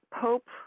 Pope